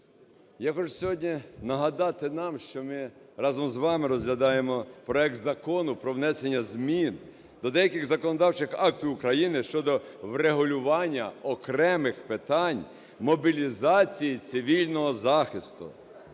Я хочу сьогодні нагадати нам, що ми разом з вами розглядаємо проект Закону про внесення змін до деяких законодавчих актів України щодо врегулювання окремих питань мобілізації, цивільного захисту.